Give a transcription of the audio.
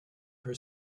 her